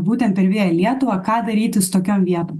būtent ir via lietuva ką daryti su tokiom vietom